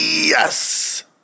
Yes